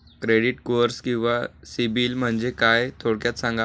Credit score किंवा सिबिल म्हणजे काय? थोडक्यात सांगा